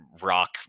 rock